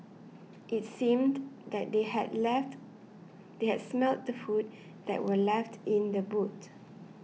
it seemed that they had left the smelt the food that were left in the boot